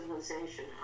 civilization